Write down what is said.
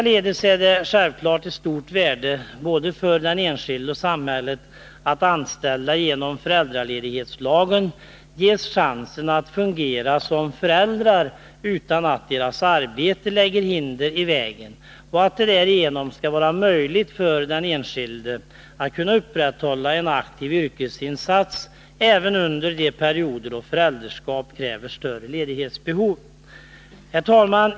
Likaså är det självfallet av stort värde för både den enskilde och samhället att anställda genom föräldraledighetslagen ges chansen att fungera som föräldrar utan att deras arbete lägger hinder i vägen och att de därigenom kan fortsätta att göra en aktiv yrkesinsats även under de perioder då föräldraskap medför större ledighetsbehov. Herr talman!